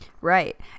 right